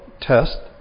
test